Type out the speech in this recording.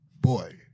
Boy